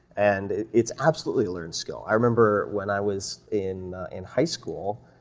and it's absolutely a learned skill. i remember when i was in in high school,